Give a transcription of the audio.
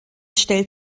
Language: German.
stellt